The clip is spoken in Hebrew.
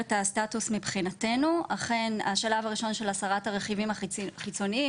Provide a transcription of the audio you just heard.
מבחינת השלב הראשון של הסרת הרכיבים החיצוניים,